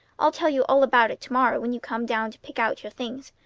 i'll tell you all about it to-morrow when you come down to pick out your things.